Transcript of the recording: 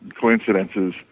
coincidences